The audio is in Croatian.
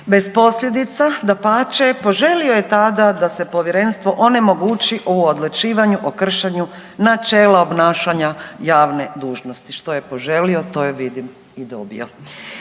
bez posljedica, dapače. Poželio je tada da se Povjerenstvo onemogući u odlučivanju o kršenju načela obnašanja javne dužnosti. Što je poželio, to je, vidim, i dobio.